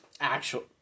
actual